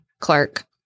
Clark